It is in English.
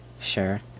sure